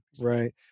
Right